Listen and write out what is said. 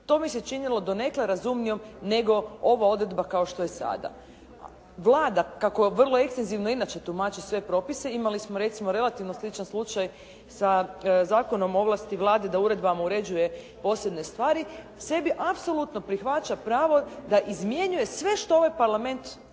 to mi se činilo donekle razumnijom nego ova odredba kao što je sada. Vlada kako vrlo ekstenzivno inače tumači svoje propise, imali smo recimo relativno sličan slučaj sa Zakonom o ovlasti Vlade da uredbama uređuje posebne stvari, sebi apsolutno prihvaća pravo da izmjenjuje sve što ovaj Parlament